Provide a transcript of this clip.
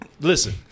Listen